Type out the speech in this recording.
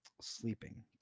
sleeping